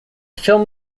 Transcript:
film